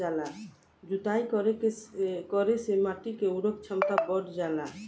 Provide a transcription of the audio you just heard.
जुताई करे से माटी के उर्वरक क्षमता बढ़ जाला